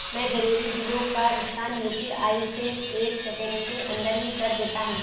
मैं जरूरी बिलों का भुगतान यू.पी.आई से एक सेकेंड के अंदर ही कर देता हूं